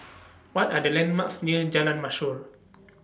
What Are The landmarks near Jalan Mashor